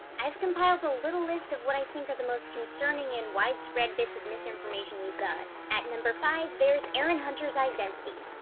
i have compiled a little list of what i think are the most concerning and widespread bits of misinformation we've got. at number five, there's erin hunter's identity.